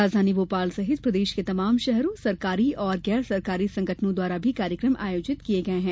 राजधानी भोपाल सहित प्रदेश के तमाम शहरों में सरकारी और गैर सरकारी संगठनों द्वारा भी कार्यक्रम आयोजित किये गये है